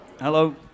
Hello